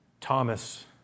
Thomas